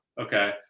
okay